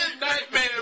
nightmare